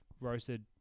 roasted